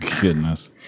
Goodness